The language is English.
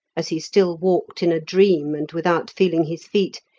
as he still walked in a dream and without feeling his feet,